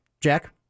Jack